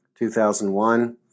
2001